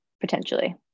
potentially